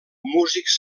músics